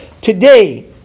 today